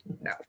No